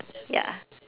ya